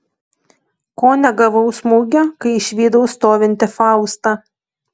ko negavau smūgio kai išvydau stovintį faustą